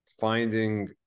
finding